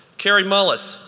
kary mullis,